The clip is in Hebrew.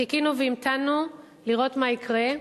חיכינו והמתנו לראות מה יקרה,